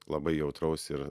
labai jautraus ir